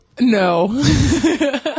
no